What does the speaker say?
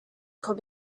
could